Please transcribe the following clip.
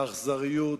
באכזריות,